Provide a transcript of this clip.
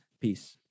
Peace